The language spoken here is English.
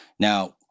Now